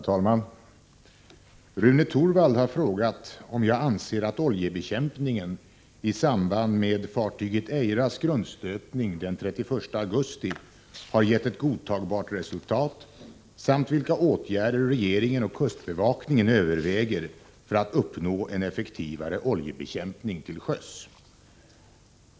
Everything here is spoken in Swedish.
Herr talman! Rune Torwald har frågat om jag anser att oljebekämpningen i samband med fartyget Eiras grundstötning den 31 augusti har gett ett godtagbart resultat samt vilka åtgärder regeringen och kustbevakningen överväger för att uppnå en effektivare oljebekämpning till sjöss.